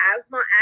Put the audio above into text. asthma